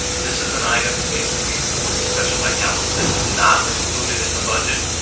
this is an item basically for discussion by council. this has not been included in the budget,